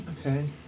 Okay